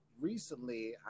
Recently